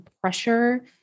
pressure